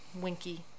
winky